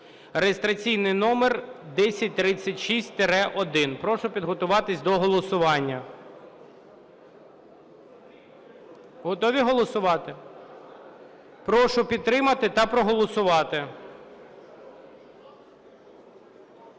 (реєстраційний номер 1036-1). Прошу підготуватись до голосування. Готові голосувати? Прошу підтримати та проголосувати.